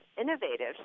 innovative